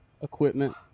equipment